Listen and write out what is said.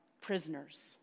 prisoners